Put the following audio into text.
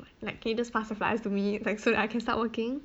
like can you just pass the flyers to me like so I can start working